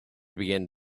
began